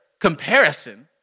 comparison